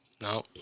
No